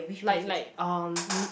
like like um